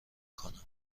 کنم